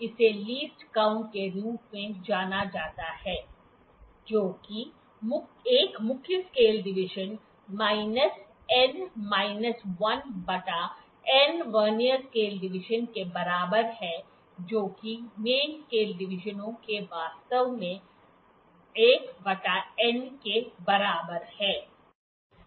इसे least count के रूप में जाना जाता है जो कि 1 मुख्य scale division minus n minus 1 बटा n वर्नियर स्केल डिवीजनों के बराबर है जो कि मेन स्केल डिवीजनों के वास्तव में 1 बटा n के बराबर है